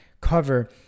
Cover